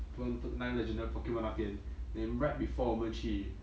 put one put 那 legendary pokemon 那边 then right before 我们去